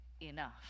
enough